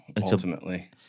ultimately